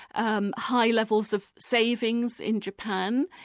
and high levels of savings in japan,